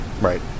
right